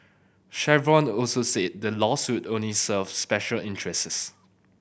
Chevron also said the lawsuits only serve special interests